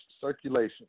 circulation